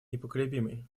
непоколебимой